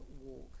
walk